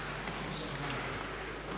Hvala